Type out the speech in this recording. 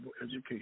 education